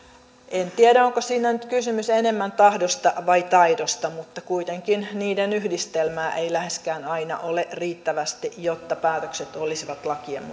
en tiedä onko siinä nyt kysymys enemmän tahdosta vai taidosta mutta kuitenkin niiden yhdistelmästä tätä läheskään aina riittävästi jotta päätökset olisivat lakien